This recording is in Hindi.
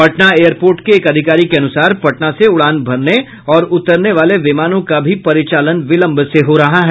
पटना एयर पोर्ट के एक अधिकारी के अनुसार पटना से उड़ान भरने और उतरने वाले विमानों का भी परिचालन विलंब से हो रहा है